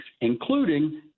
including